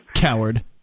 Coward